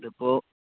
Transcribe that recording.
അതിപ്പോൾ